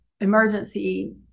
emergency